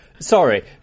Sorry